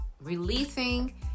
releasing